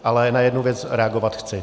Ale na jednu věc reagovat chci.